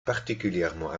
particulièrement